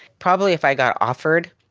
probably if i got offered